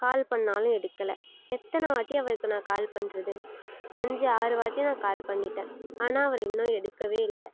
கால் பண்ணிணாலும் எடுக்கலை எத்தனை வாட்டி அவருக்கு நான் கால் பண்ணுறது அஞ்சு ஆறு வாட்டி நான் கால் பண்ணிட்டேன் ஆனால் அவர் இன்னும் எடுக்கவே இல்லை